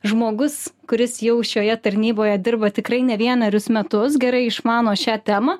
žmogus kuris jau šioje tarnyboje dirba tikrai ne vienerius metus gerai išmano šią temą